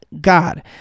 God